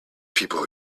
people